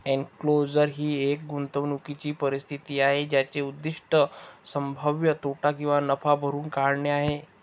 enclosure ही एक गुंतवणूकीची परिस्थिती आहे ज्याचे उद्दीष्ट संभाव्य तोटा किंवा नफा भरून काढणे आहे